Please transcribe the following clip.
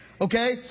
Okay